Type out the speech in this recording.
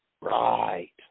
Right